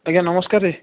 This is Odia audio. ଆଜ୍ଞା ନମସ୍କାର